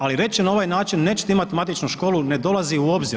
Ali reći na ovaj način nećete imati matičnu školu ne dolazi u obzir.